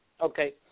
Okay